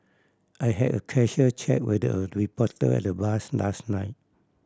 I had a casual chat with a reporter at the bars last night